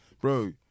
bro